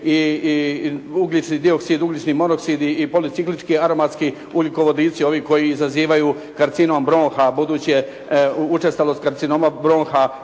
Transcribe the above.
i ugljični dioksid, ugljični monoksid i policiklički aromatski ugljikovodici, ovi koji izazivaju karcinom bronha budući je učestalost karcinoma bronha